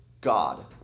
God